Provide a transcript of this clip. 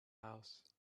house